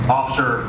Officer